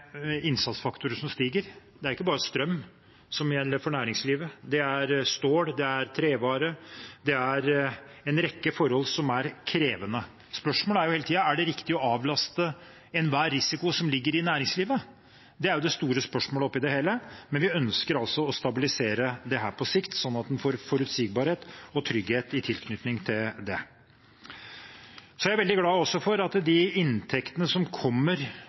stål, trevarer – en rekke forhold som er krevende. Spørsmålet er hele tiden: Er det riktig å avlaste enhver risiko som ligger i næringslivet? Det er det store spørsmålet oppi det hele. Men vi ønsker å stabilisere dette på sikt, slik at en får forutsigbarhet og trygghet i tilknytning til det. Jeg er også veldig glad for at de inntektene som kommer